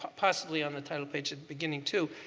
possibly on the title page at the beginning too,